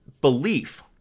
belief